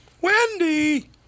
Wendy